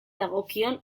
dagokion